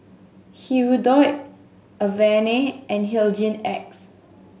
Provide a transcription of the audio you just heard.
Hirudoid Avene and Hygin X